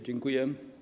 Dziękuję.